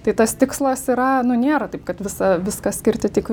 tai tas tikslas yra nu nėra taip kad visą viską skirti tik